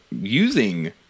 using